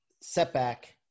setback